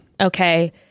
okay